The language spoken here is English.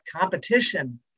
competition